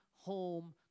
home